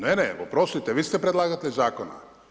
Ne, ne oprostite, vi ste predlagatelj zakona.